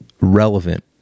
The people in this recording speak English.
relevant